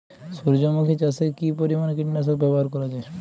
সূর্যমুখি চাষে কি পরিমান কীটনাশক ব্যবহার করা যায়?